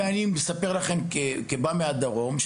כמי שבא מהדרום,